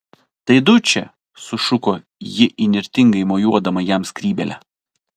tai dučė sušuko ji įnirtingai mojuodama jam skrybėle